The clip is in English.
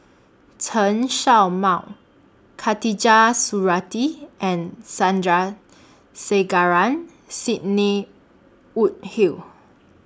Chen Show Mao Khatijah Surattee and Sandrasegaran Sidney Woodhull